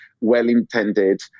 well-intended